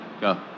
go